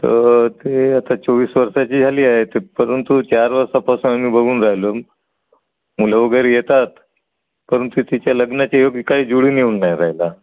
त ते आता चोवीस वर्षाची झाली आहे ते परंतु चार वर्षपासून आम्ही बघून राहिलो मुलं वगैरे येतात परंतु तिच्या लग्नाच्या योग्य काय जुळून येऊन नाही राहिला